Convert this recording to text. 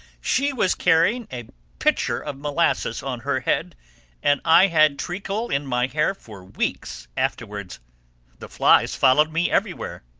she was carrying a pitcher of molasses on her head and i had treacle in my hair for weeks afterwards the flies followed me everywhere.